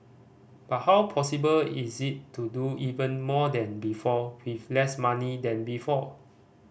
but how possible is it to do even more than before with less money than before